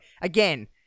again